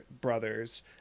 brothers